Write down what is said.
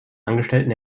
angestellten